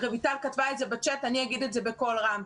רויטל כתבה את זה בצ'אט אבל אני אגיד את זה בקול רם,